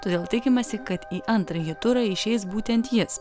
todėl tikimasi kad į antrąjį turą išeis būtent jis